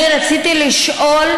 אני רציתי לשאול